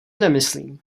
nemyslím